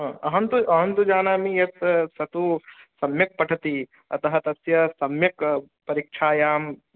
ह अहं तु अहं तु जानामि यत् सः तु सम्यक् पठति अतः तस्य सम्यक् परीक्षायाम्